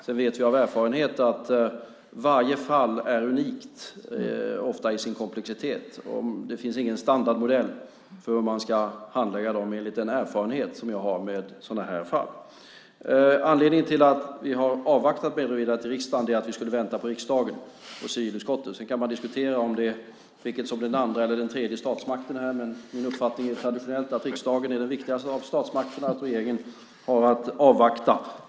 Sedan vet vi av erfarenhet att varje fall ofta är unikt i sin komplexitet, och det finns ingen standardmodell för hur man ska handlägga dem, enligt den erfarenhet jag har av sådana här fall. Anledningen till att vi har avvaktat med att redovisa till riksdagen är att vi skulle vänta på riksdagen och civilutskottet. Sedan kan man diskutera vilken som är den andra och den tredje statsmakten, men min uppfattning är traditionellt att riksdagen är den viktigaste statsmakten och att regeringen har att avvakta.